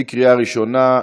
בקריאה ראשונה.